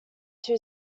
two